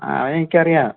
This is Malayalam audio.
അതെനിക്കറിയാം